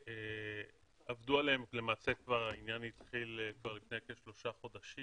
עבדו עליהם והעניין התחיל כבר לפני כשלושה חודשים.